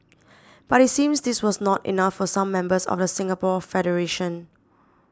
but it seems this was not enough for some members of the Singapore federation